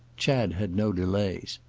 chad had no delays.